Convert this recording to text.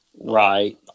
Right